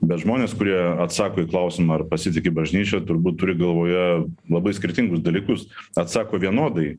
bet žmonės kurie atsako į klausimą ar pasitiki bažnyčia turbūt turi galvoje labai skirtingus dalykus atsako vienodai